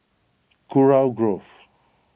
Kurau Grove